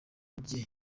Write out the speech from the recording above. rye